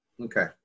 Okay